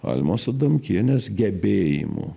almos adamkienės gebėjimu